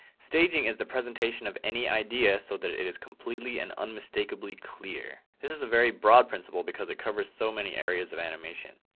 staging is the presentation of any idea so that it it is completely and unmistakably clear. this is a very broad principle because it covers so many areas of animation.